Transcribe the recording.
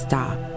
Stop